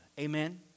Amen